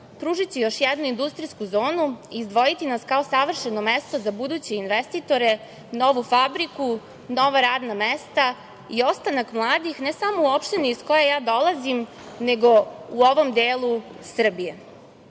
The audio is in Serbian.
pružiće još jednu industrijsku zonu i izdvojiti nas kao savršeno mesto za buduće investitore, novu fabriku, nova radna mesta i ostanak mladih ne samo u opštini iz koje ja dolazim, nego u ovom delu Srbije. Kao